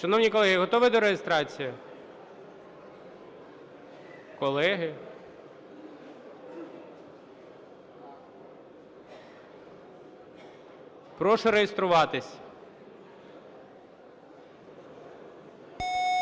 Шановні колеги, готові до реєстрації? Колеги? Прошу реєструватись.